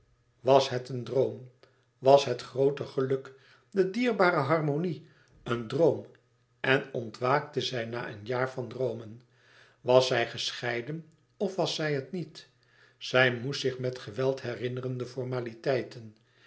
was het een droom was het groote geluk de dierbare harmonie een droom en ontwaakte zij na een jaar van droomen was zij gescheiden of was zij het niet zij moest zich met geweld herinneren de formaliteiten